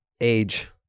age